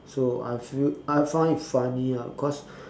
so I feel I found it funny ah cause